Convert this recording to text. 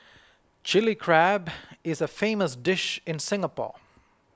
Chilli Crab is a famous dish in Singapore